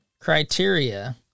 criteria